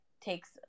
takes